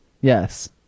Yes